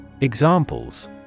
Examples